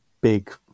big